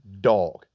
Dog